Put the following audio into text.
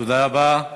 תודה רבה.